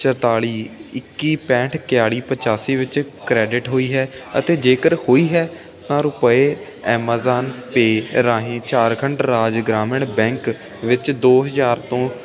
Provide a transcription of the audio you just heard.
ਚੁਤਾਲੀ ਇੱਕੀ ਪੈਂਹਠ ਇਕਾਲੀ ਪਚਾਸੀ ਵਿੱਚ ਕ੍ਰੈਡਿਟ ਹੋਈ ਹੈ ਅਤੇ ਜੇਕਰ ਹੋਈ ਹੈ ਤਾਂ ਰੁਪਏ ਐਮਾਜ਼ਾਨ ਪੇ ਰਾਹੀਂ ਝਾਰਖੰਡ ਰਾਜ ਗ੍ਰਾਮੀਣ ਬੈਂਕ ਵਿੱਚ ਦੋ ਹਜ਼ਾਰ ਤੋਂ